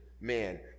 man